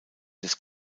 des